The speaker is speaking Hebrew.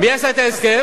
מי עשה את ההסכם?